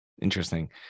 Interesting